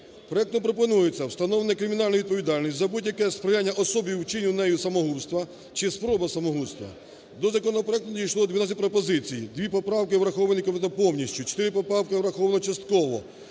Проектом пропонується встановлення кримінальної відповідальності за будь-яке сприяння особі у вчиненні нею самогубства чи спроби самогубства. До законопроекту надійшло 12 пропозицій, 2 поправки враховані комітетом повністю, 4 поправки враховані частково,